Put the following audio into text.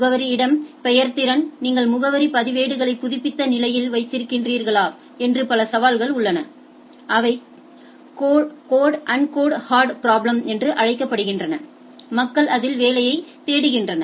முகவரி இடம் பெயர்வுத்திறன் நீங்கள் முகவரி பதிவேடுகளை புதுப்பித்த நிலையில் வைத்திருக்கிறீர்களா என்று பல சவால்கள் உள்ளன அவை கோட் அன்கோட் ஹார்டு பிராபளம்ஸ்என்று அழைக்கப்படுகின்றன மக்கள் அதில் வேலையைத் தேடுகின்றனர்